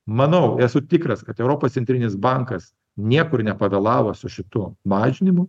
manau esu tikras kad europos centrinis bankas niekur nepavėlavo su šitu mažinimu